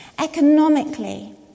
Economically